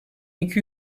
iki